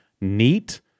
neat